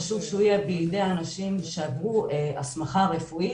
חשוב שהוא יהיה בידי אנשים שעברו הסמכה רפואית